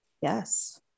Yes